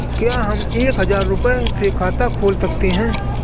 क्या हम एक हजार रुपये से खाता खोल सकते हैं?